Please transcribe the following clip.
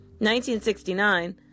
1969